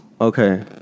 okay